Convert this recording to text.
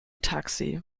taxi